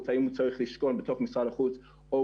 וכשהם מגיעים במגע עם הקהילה היהודית